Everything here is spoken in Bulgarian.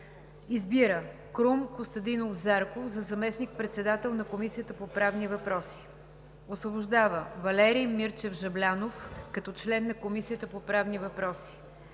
Избира Крум Костадинов Зарков за заместник-председател на Комисията по правни въпроси. 3. Освобождава Валери Мирчев Жаблянов, като член на Комисията по правни въпроси.